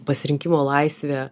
pasirinkimo laisvė